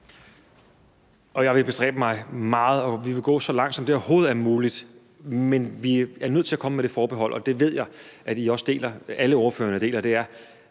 Jeg vil bestræbe mig meget, og vi vil gå så langt, som det overhovedet er muligt, men vi er nødt til at komme med det forbehold, at det er nogle af de mest svækkede borgere,